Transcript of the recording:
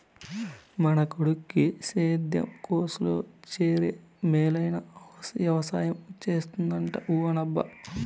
మన కొడుకు సేద్యం కోర్సులో చేరి మేలైన వెవసాయం చేస్తాడంట ఊ అనబ్బా